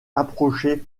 approcher